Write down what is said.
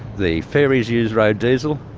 the ferries use road diesel.